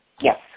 Yes